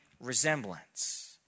resemblance